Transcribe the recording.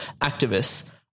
activists